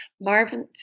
marvin